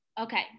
Okay